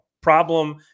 problem